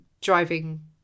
driving